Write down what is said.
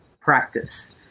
practice